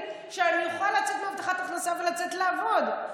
כדי שאני אוכל לצאת מהבטחת הכנסה ולצאת לעבוד.